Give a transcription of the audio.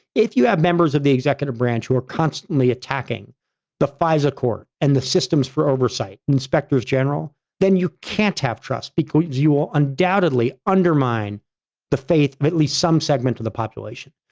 if you have members of the executive branch who are constantly attacking the fisa court and the systems for oversight inspectors general then you can't have trust because you will undoubtedly undermine the faith merely some segment of the population.